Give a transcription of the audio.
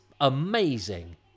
amazing